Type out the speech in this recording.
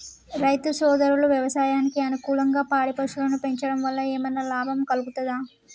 రైతు సోదరులు వ్యవసాయానికి అనుకూలంగా పాడి పశువులను పెంచడం వల్ల ఏమన్నా లాభం కలుగుతదా?